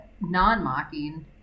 non-mocking